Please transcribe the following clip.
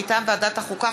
מטעם ועדת החוקה,